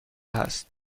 است